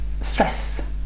stress